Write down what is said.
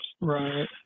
Right